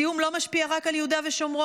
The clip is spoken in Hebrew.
הזיהום לא משפיע רק על יהודה ושומרון,